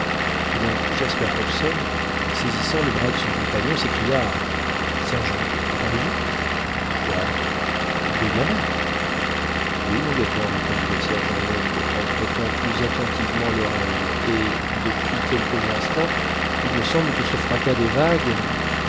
tout d'un coup jasper hobson saisissant le bras de son compagnon s'écria sergent entendez-vous quoi le bruit de la mer oui mon lieutenant répondit le sergent long en prêtant plus attentivement l'oreille et depuis quelques instants il me semble que ce fracas des vagues